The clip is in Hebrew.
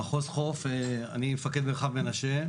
אני מפקד מרחב מנשה.